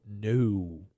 no